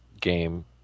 game